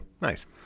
Nice